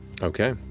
Okay